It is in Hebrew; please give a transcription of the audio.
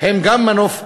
גם מנוף חברתי,